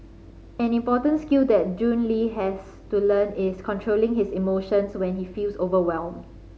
an important skill that Jun Le has to learn is controlling his emotions when he feels overwhelmed